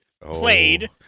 played